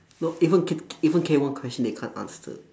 not even K K even K one question they can't answer